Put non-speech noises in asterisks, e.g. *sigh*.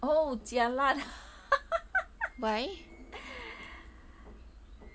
oh jialat *laughs* *breath*